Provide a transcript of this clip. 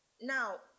Now